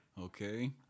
okay